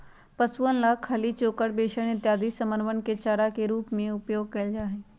पशुअन ला खली, चोकर, बेसन इत्यादि समनवन के चारा के रूप में उपयोग कइल जाहई